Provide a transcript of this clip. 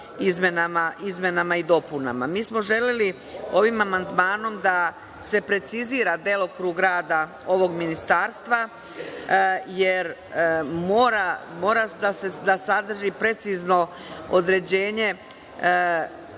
izmenama i dopunama. Mi smo želeli ovim amandmanom da se precizira delokrug rada ovog ministarstva, jer mora da sadrži precizno određenje